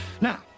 Now